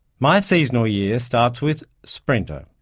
my seasonal year starts with sprinter,